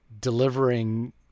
delivering